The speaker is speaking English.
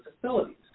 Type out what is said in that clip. facilities